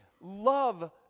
love